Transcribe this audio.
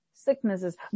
sicknesses